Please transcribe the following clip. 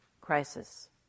crisis